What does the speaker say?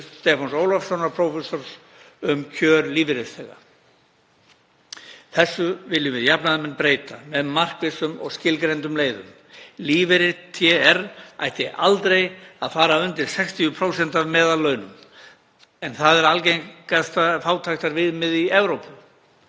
Stefáns Ólafssonar prófessors um kjör lífeyrisþega. Þessu viljum við jafnaðarmenn breyta með markvissum og skilgreindum leiðum. Lífeyrir TR ætti aldrei að fara undir 60% af meðallaunum. Það er algengasta fátæktarviðmið í Evrópu.